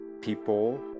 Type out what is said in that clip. people